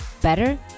better